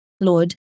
Lord